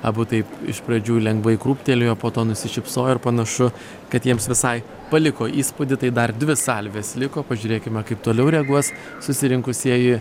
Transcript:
abu taip iš pradžių lengvai krūptelėjo po to nusišypsojo ir panašu kad jiems visai paliko įspūdį tai dar dvi salvės liko pažiūrėkime kaip toliau reaguos susirinkusieji